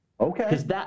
Okay